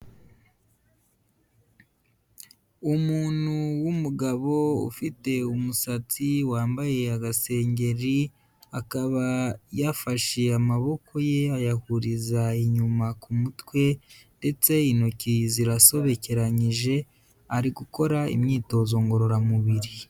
Umuntu w'umugabo ufite umusatsi wambaye agasengeri, akaba yafashe amaboko ye ayahuriza inyuma ku mutwe ndetse intoki zirasobekeranyije, ari gukora imyitozo ngororamubiri.